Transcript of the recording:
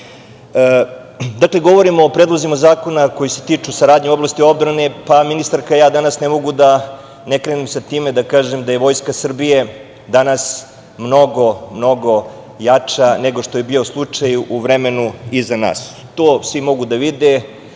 govorimo o predlozima zakona koji se tiču saradnje u oblasti odbrane. Pa, ministarka, ja danas ne mogu da ne krenem sa time da kažem da je Vojska Srbije danas mnogo, mnogo jača nego što je bio slučaj u vremenu iza nas. To svi mogu da vide